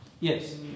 Yes